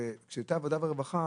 הייתה ועדת העבודה, הרווחה